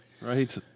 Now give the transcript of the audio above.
Right